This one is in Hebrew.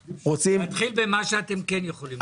תתחיל במה שאתם כן יכולים.